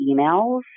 emails